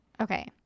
Okay